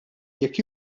jekk